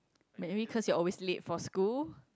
maybe cause you always late for school